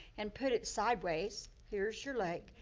and put it sideways, here's your lake.